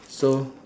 so